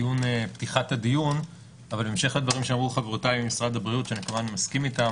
בהמשך לדברים שאמרו חברותיי ממשרד הבריאות כמובן אני מסכים איתן